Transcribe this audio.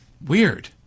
Weird